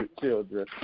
children